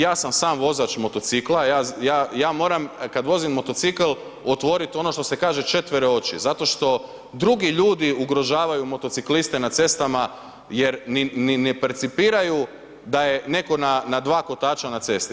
Ja sam sam vozač motocikla, ja moram kada vozim motocikl otvoriti ono što se kaže četvero oči, zato što drugi ljudi ugrožavaju motocikliste na cestama jer ni ne percipiraju da je netko na dva kotača na cesti.